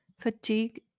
fatigue